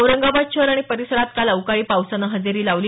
औरंगाबाद शहर आणि परिसरात काल अवकाळी पावसानं हजेरी लावली